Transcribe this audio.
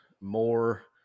more